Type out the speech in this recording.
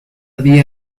día